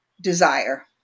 desire